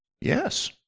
Yes